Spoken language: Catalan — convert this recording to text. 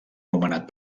nomenat